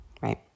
right